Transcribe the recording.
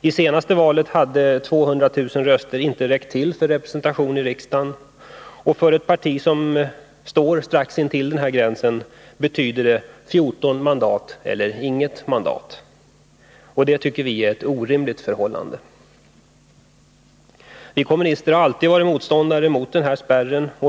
I det senaste valet hade 200 000 röster inte räckt till för representation i riksdagen. För ett parti som står strax intill den gränsen betyder det 14 mandat eller inget. Det tycker vi är ett orimligt förhållande. Vi kommunister har alltid varit motståndare till den här spärren.